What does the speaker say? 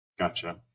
Gotcha